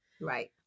Right